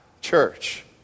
church